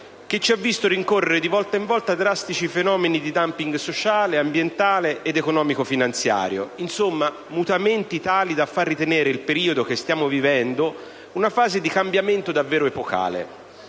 che ci ha visto rincorrere di volta in volta drastici fenomeni di *dumping* sociale, ambientale ed economico‑finanziario. In sostanza, si tratta di mutamenti tali da far ritenere il periodo che stiamo vivendo una fase di cambiamento davvero epocale.